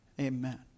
amen